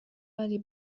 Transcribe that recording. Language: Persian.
ولی